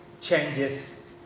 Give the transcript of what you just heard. changes